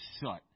shut